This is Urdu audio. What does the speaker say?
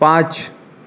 پانچ